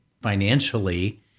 financially